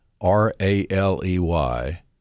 R-A-L-E-Y